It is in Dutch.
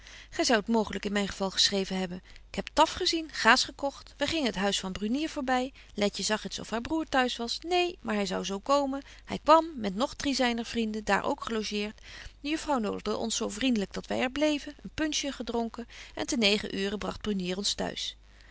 gy zoudt mooglyk in myn geval geschreven hebben ik heb taf gezien gaas gekogt wy gingen het huis van brunier voorby letje zag eens of haar broêr thuis was neen maar hy zou z komen hy kwam met nog drie zyner vrienden daar ook gelogeert de juffrouw nodigde ons zo vriendelyk dat wy er bleven een betje wolff en aagje deken historie van mejuffrouw sara burgerhart punchje dronken en te negen uuren bragt brunier ons thuis